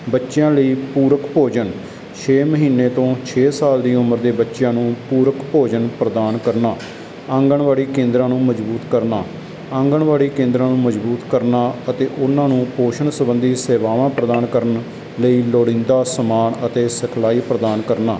ਬੱਚਿਆਂ ਲਈ ਪੂਰਕ ਭੋਜਨ ਛੇ ਮਹੀਨੇ ਤੋਂ ਛੇ ਸਾਲ ਦੀ ਉਮਰ ਦੇ ਬੱਚਿਆਂ ਦੀ ਉਮਰ ਦੇ ਬੱਚਿਆਂ ਨੂੰ ਪੂਰਕ ਭੋਜਨ ਪ੍ਰਦਾਨ ਕਰਨਾ ਆਂਗਨਵਾੜੀ ਕੇਂਦਰਾਂ ਨੂੰ ਮਜ਼ਬੂਤ ਕਰਨਾ ਆਂਗਨਵਾੜੀ ਕੇਂਦਰਾਂ ਨੂੰ ਮਜ਼ਬੂਤ ਕਰਨਾ ਅਤੇ ਉਨ੍ਹਾਂ ਨੂੰ ਪੋਸ਼ਣ ਸੰਬੰਧੀ ਸੇਵਾਵਾਂ ਪ੍ਰਦਾਨ ਕਰਨ ਲਈ ਲੋੜੀਂਦਾ ਸਮਾਨ ਅਤੇ ਸਿਖਲਾਈ ਪ੍ਰਦਾਨ ਕਰਨਾ